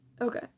okay